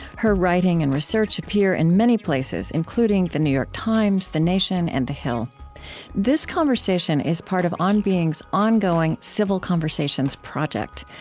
her writing and research appear in many places, including the the new york times, the nation, and the hill this conversation is part of on being's ongoing civil conversations project.